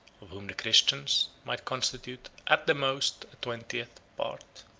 of whom the christians might constitute at the most a twentieth part.